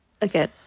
Again